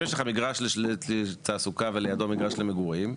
אם יש לך מגרש לתעסוקה ולידו מגרש למגורים,